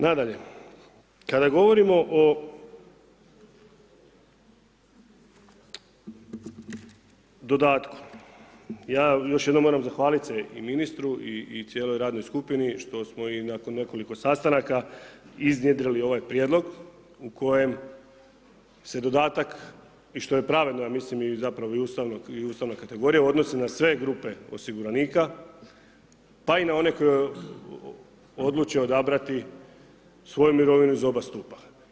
Nadalje, kada govorimo o dodatku, ja još jednom moram zahvaliti se i ministru i cijeloj radnoj skupini što smo i nakon nekoliko sastanaka iznjedrili ovaj prijedlog u kojem se dodatak, i što je pravedno ja mislim, i zapravo i ustavna kategorija, odnosi na sve grupe osiguranika, pa i na one koji odluče odabrati svoju mirovinu iz oba stupa.